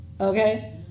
okay